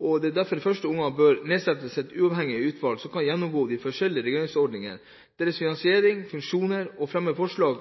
og at det derfor i første omgang bør nedsettes et uavhengig utvalg som kan gjennomgå de forskjellige reguleringsordninger, deres finansiering og funksjoner og fremme forslag